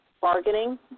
bargaining